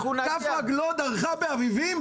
כף רגלו דרכה באביבים,